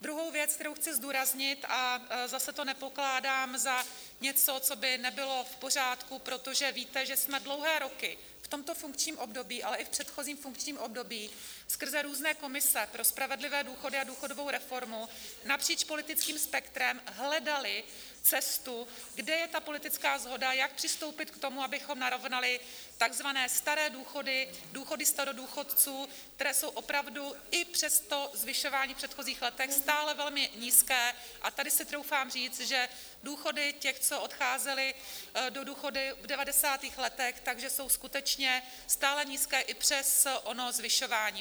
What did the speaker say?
Druhou věc, kterou chci zdůraznit a zase to nepokládám za něco, co by nebylo v pořádku, protože víte, že jsme dlouhé roky v tomto funkčním období, ale i v předchozím funkčním období skrze různé komise pro spravedlivé důchody a důchodovou reformu napříč politickým spektrem hledali cestu, kde je politická shoda, jak přistoupit k tomu, abychom narovnali takzvané staré důchody, důchody starodůchodců, které jsou opravdu i přes zvyšování v předchozích letech stále velmi nízké a tady si troufám říct, že důchody těch, co odcházeli do důchodu v devadesátých letech, jsou skutečně stále nízké i přes ono zvyšování.